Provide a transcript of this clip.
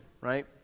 right